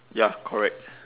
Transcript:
ya correct